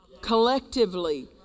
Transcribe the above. collectively